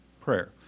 Prayer